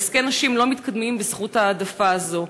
עסקי נשים לא מתקדמים בזכות ההעדפה הזאת.